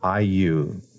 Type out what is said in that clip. IU